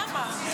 למה?